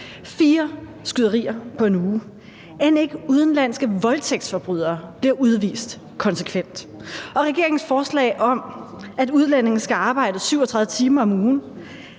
fire skyderier på en uge. End ikke udenlandske voldtægtsforbrydere bliver udvist konsekvent. Og regeringens forslag om, at udlændinge skal arbejde 37 timer om ugen,